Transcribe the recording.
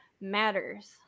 matters